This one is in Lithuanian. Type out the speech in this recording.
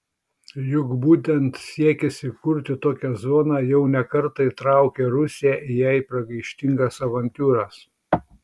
juk būtent siekis įkurti tokią zoną jau ne kartą įtraukė rusiją į jai pragaištingas avantiūras